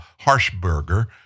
Harshberger